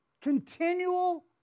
Continual